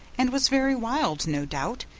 and was very wild, no doubt,